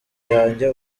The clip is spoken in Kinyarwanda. yanjye